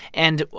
and,